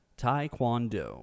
taekwondo